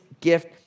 gift